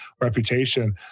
reputation